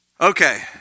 Okay